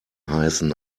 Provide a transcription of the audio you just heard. heißen